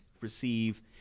receive